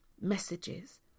messages